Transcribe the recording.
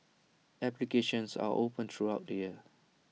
applications are open throughout the year